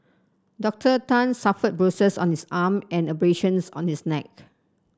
Doctor Tan suffered bruises on his arm and abrasions on his neck